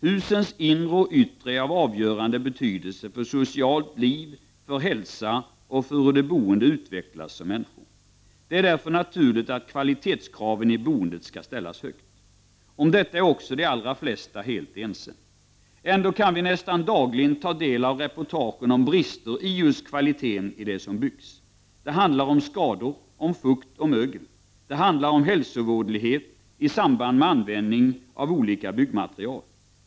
Husens inre och yttre är av avgörande betydelse för socialt liv, för hälsa och för hur de boende utvecklas som människor. Det är därför naturligt att kvalitetskraven i boendet skall ställas högt. Om detta är också de allra flesta helt ense. Ändå kan vi nästan dagligen ta del:av reportagen om brister i just kvaliteten i det som byggs. Det handlar om skador, om fukt och mögel. Det handlar om hälsovådlighet i samband med användning av olika byggmaterial.